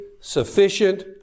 sufficient